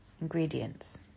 Ingredients